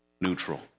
neutral